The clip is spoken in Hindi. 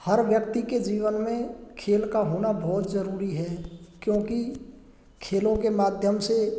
हर व्यक्ति के जीवन में खेल का होना बहुत ज़रूरी है क्योंकि खेलों के माध्यम से